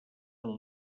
del